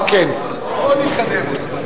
אדוני היושב-ראש, בוא נתקדם עוד קצת.